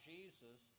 Jesus